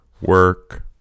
work